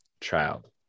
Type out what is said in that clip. child